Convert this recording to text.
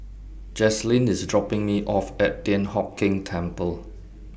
Jazlynn IS dropping Me off At Thian Hock Keng Temple